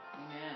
Amen